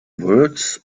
words